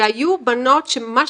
היו בנות שממש,